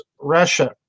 Russia